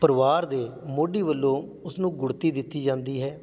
ਪਰਿਵਾਰ ਦੇ ਮੋਢੀ ਵੱਲੋਂ ਉਸ ਨੂੰ ਗੁੜ੍ਹਤੀ ਦਿੱਤੀ ਜਾਂਦੀ ਹੈ